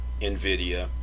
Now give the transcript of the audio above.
NVIDIA